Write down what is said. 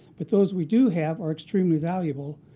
but those we do have are extremely valuable.